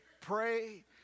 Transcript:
pray